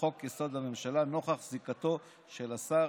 לחוק-יסוד: הממשלה, נוכח זיקתו של השר